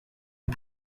its